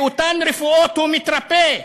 באותן רפואות הוא מתרפא?